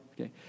Okay